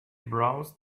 browsed